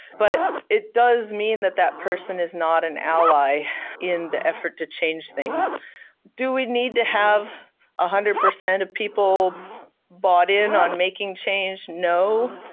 but it does mean that that person is not an ally in the effort to change things do we need to have a one hundred percent of people bought in on making change? no.